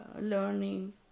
learning